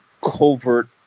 covert